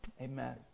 amen